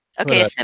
okay